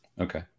Okay